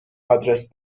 آدرس